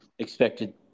expected